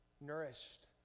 nourished